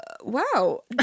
wow